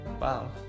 wow